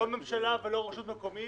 לא הממשלה ולא רשות מקומית,